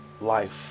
life